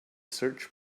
search